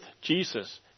Jesus